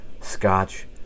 scotch